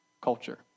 culture